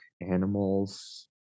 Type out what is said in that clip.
animals